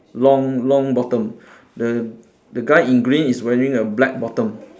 long long bottom the the guy in green is wearing a black bottom